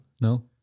No